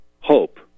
hope